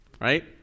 right